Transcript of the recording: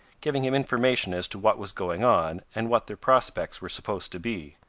giving him information as to what was going on, and what their prospects were supposed to be.